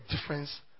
difference